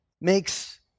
makes